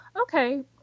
okay